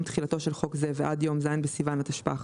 תחילתו של חוק זה ועד יום ז' בסיוון התשפ"ח